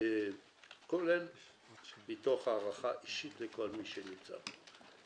זה מתוך הערכה אישית לכל מי שנמצא פה.